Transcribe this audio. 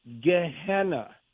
Gehenna